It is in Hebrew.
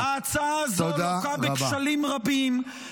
ההצעה הזו לוקה בכשלים רבים -- תודה רבה.